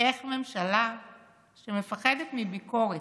איך ממשלה שמפחדת מביקורת,